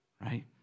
right